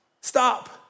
Stop